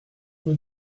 rue